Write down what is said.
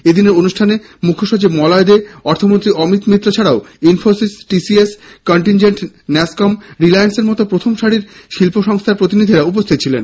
এদিনের অনুষ্ঠানে মুখ্যসচিব মলয় দে অর্থমন্ত্রী অমিত মিত্র ছাড়াও ইনফোসিস টিসিএস কন্টিনজেন্ট ন্যাসকম রিলায়েন্সের মত প্রথম সারির শিল্প সংস্থার প্রতিনিধিরা উপস্থিত ছিলেন